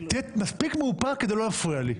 תהיה מספיק מאופק כדי לא להפריע לי.